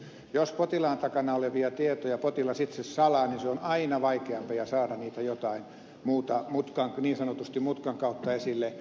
jos potilaan takana olevia tietoja potilas itse salaa niin on aina vaikeampaa saada niitä niin sanotusti mutkan kautta esille